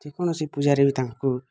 ଯେକୌଣସି ପୂଜାରେ ବି ତାଙ୍କୁ